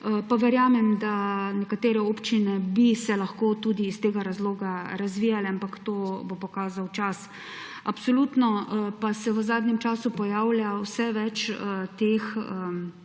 Pa verjamem, da bi se nekatere občine lahko tudi iz tega razloga razvijale, ampak to bo pokazal čas. Absolutno pa se v zadnjem času pojavlja vse več teh nalog